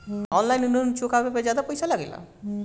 आन line ऋण चुकावे पर ज्यादा पईसा लगेला?